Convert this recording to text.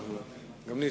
מירי,